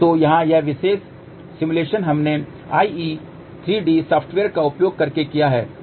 तो यहाँ यह विशेष सिमुलेशन हमने IE3D सॉफ्टवेयर का उपयोग करके किया है